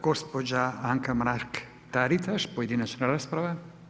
Gospođa Anka Mrak-Taritaš, pojedinačna rasprava.